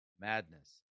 madness